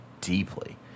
deeply